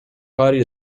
pari